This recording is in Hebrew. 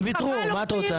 הם ויתרו, מה את רוצה?